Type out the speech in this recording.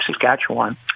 Saskatchewan